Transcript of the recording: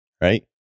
Right